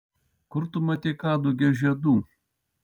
kur tu matei kadugio žiedų